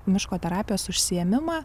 miško terapijos užsiėmimą